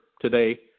today